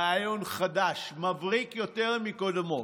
רעיון חדש, מבריק יותר מקודמו: